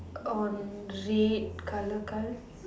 on red colour car